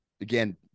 Again